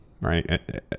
right